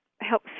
help